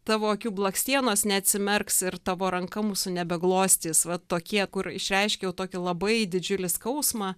tavo akių blakstienos neatsimerks ir tavo ranka mūsų nebeglostys va tokie kur išreiškia jau tokį labai didžiulį skausmą